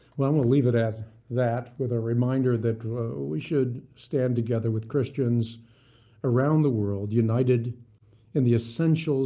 well i'm gonna leave it at that with a reminder that we should stand together with christians around the world, united in the essentials